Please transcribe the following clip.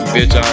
Bitch